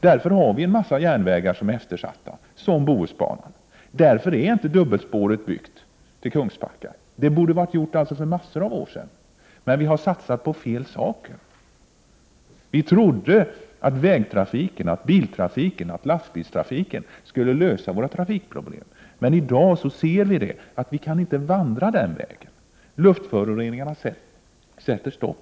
Därför har vi en massa eftersatta järnvägar, t.ex. Bohusbanan, och därför är inte dubbelspåret till Kungsbacka byggt. Det borde ha kommit till stånd för många år sedan. Vi har satsat på fel saker. Vi trodde att vägtrafik, biltrafik, lastbilstrafik skulle lösa våra trafikproblem. I dag ser vi att vi inte kan gå fram den vägen. Luftföroreningarna sätter stopp.